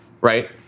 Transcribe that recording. right